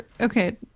Okay